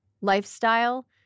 lifestyle